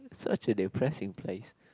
such a depressing place